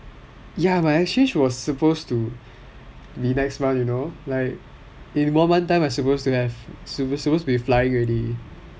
ya but exchange was supposed to be next month you know like in one month time you're supposed to have supposed to be flying already